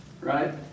right